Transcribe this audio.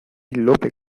lope